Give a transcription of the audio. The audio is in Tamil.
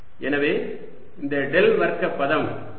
எனவே இந்த டெல் வர்க்க பதம் லேப்ளேசியன் ஆகும்